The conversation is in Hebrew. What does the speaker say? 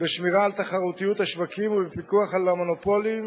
בשמירה על תחרותיות השווקים ובפיקוח על המונופולים